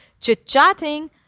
chit-chatting